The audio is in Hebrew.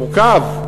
שתורכב,